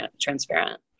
transparent